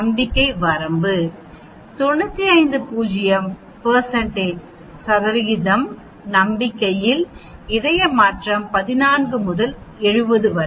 நம்பிக்கை வரம்பு 95 நம்பிக்கையில் இதய மாற்றம் 14 முதல் 70 வரை